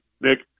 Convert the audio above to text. Nick